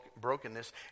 brokenness